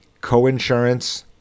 coinsurance